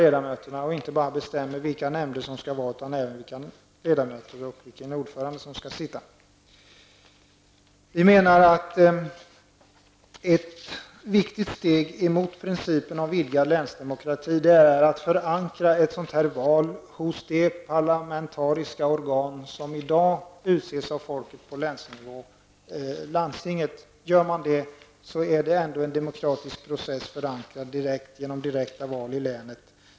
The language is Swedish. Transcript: Länsstyrelsen skall alltså inte bara besluta om vilka nämnder som skall inrättas utan skall även utse ledamöter och ordförande. Vi menar att ett viktigt steg mot vidgad länsdemokrati är att förankra detta val hos det parlamentariska organ på länsnivå som i dag utses av folket, landstinget. Då förankrar man den demokratiska processen genom direkta val i länet.